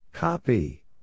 Copy